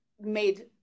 made